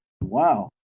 Wow